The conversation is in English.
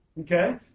Okay